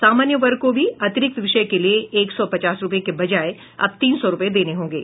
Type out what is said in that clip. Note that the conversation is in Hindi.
सामान्य वर्ग को भी अतिरिक्त विषय के लिये एक सौ पचास रूपये के बजाय अब तीन सौ रूपये देने होंगे